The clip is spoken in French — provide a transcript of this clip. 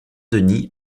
denis